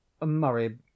murray